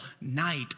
night